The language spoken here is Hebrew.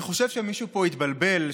אני חושב שמישהו פה התבלבל,